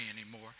anymore